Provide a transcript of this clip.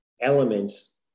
elements